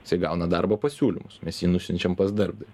jisai gauna darbo pasiūlymus mes jį nusiunčiam pas darbdavį